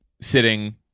sitting